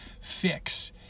fix